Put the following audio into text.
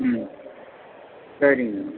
ம் சரிங்க